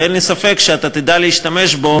ואין לי ספק שאתה תדע להשתמש בו.